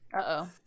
Uh-oh